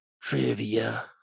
Trivia